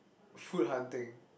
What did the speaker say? food hunting